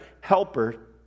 helper